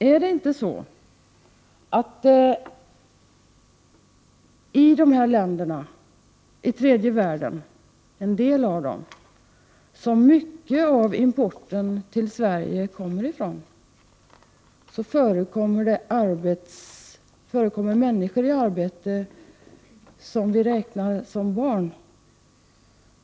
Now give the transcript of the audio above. Är det inte så att det i en del av de länder i tredje världen som mycket av importen till Sverige kommer ifrån förekommer människor i arbete som vi räknar som barn?